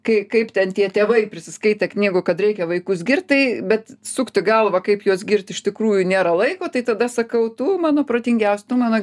kai kaip ten tie tėvai prisiskaitę knygų kad reikia vaikus girt tai bet sukti galvą kaip juos girt iš tikrųjų nėra laiko tai tada sakau tu mano protingiausias tu mano